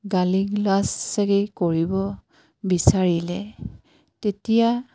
গালি গালাজ চাগে কৰিব বিচাৰিলে তেতিয়া